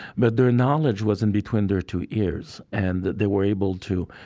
but their knowledge was in between their two ears. and that they were able to,